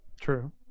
True